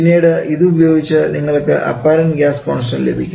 പിന്നീട് അത് ഉപയോഗിച്ച് നിങ്ങൾക്ക് അപ്പാരൻറ് ഗ്യാസ് കോൺസ്റ്റൻഡ് ലഭിക്കും